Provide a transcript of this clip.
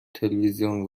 تلویزیون